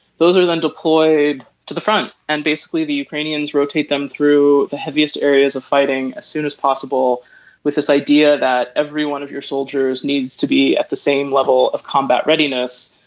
those are then deployed to the front and basically the ukrainians rotate them through the heaviest areas of fighting as soon as possible with this idea that every one of your soldiers needs to be at the same level of combat readiness.